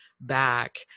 back